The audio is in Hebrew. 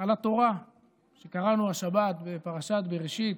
על התורה שקראנו השבת בפרשת בראשית.